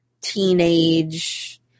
teenage